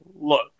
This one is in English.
look